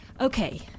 Okay